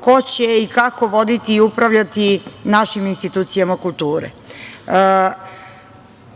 ko će i kako voditi i upravljati našim institucijama kulture. Pored